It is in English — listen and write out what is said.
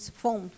foam